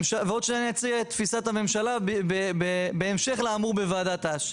ועוד שניה אני אציג את תפיסת הממשלה בהמשך לאמור בוועדת האש.